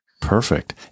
Perfect